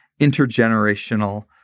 intergenerational